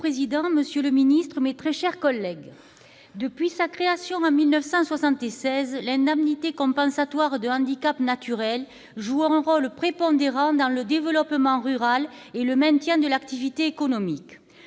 Monsieur le président, monsieur le ministre, mes très chers collègues, depuis sa création, en 1976, l'indemnité compensatoire de handicaps naturels joue un rôle prépondérant dans le développement rural et le maintien de l'activité économique.